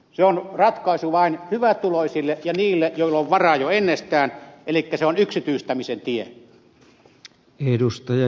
se on ratkaisu vain hyvätuloisille ja niille joilla on varaa jo ennestään elikkä se on yksityistämisen tie